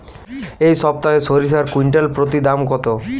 এই সপ্তাহে সরিষার কুইন্টাল প্রতি দাম কত?